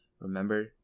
remember